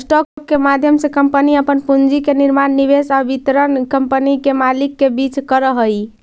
stock के माध्यम से कंपनी अपन पूंजी के निर्माण निवेश आउ वितरण कंपनी के मालिक के बीच करऽ हइ